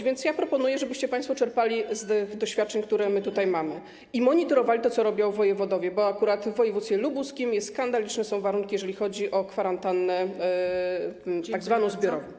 Więc ja proponuję, żebyście państwo czerpali z tych doświadczeń, które my tutaj mamy, i monitorowali to, co robią wojewodowie, bo akurat w województwie lubuskim są skandaliczne warunki, jeżeli chodzi o tzw. kwarantannę zbiorową.